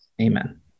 Amen